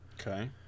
Okay